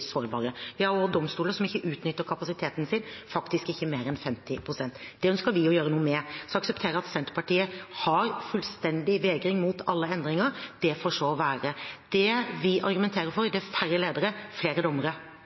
sårbare. Vi har også domstoler som ikke utnytter kapasiteten sin, faktisk ikke mer enn 50 pst. Det ønsker vi å gjøre noe med. Vi aksepterer at Senterpartiet har fullstendig vegring mot alle endringer. Det får så være. Det vi argumenterer for, er færre ledere, flere dommere.